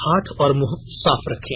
हाथ और मुंह साफ रखें